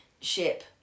ship